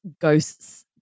ghosts